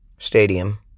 Stadium